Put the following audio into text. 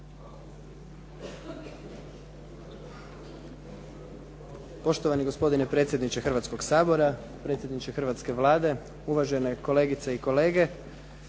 Poštovani gospodine predsjedniče Hrvatskoga sabora, predsjedniče hrvatske Vlade, uvažene kolegice i kolege.